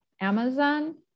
Amazon